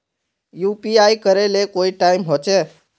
UPI करे ले कोई टाइम होचे?